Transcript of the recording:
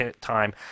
time